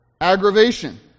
aggravation